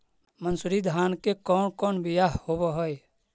मनसूरी धान के कौन कौन बियाह होव हैं?